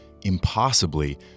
Impossibly